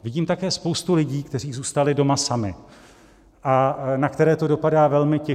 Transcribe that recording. Vidím také spoustu lidí, kteří zůstali doma sami a na které to dopadá velmi těžce.